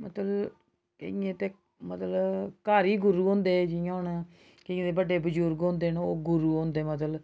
मतलब इ'यां ते मतलब घर गै गुरु होंदे जि'यां हुन कि बड्डे बजुर्ग होंदे न ओह् गुरु होंदे मतलब